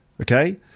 Okay